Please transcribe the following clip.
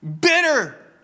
bitter